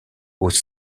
aux